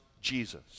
Jesus